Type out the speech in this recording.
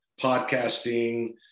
podcasting